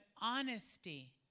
honesty